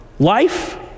Life